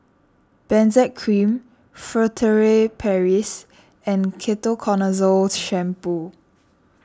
Benzac Cream Furtere Paris and Ketoconazole Shampoo